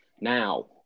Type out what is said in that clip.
Now